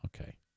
okay